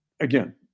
again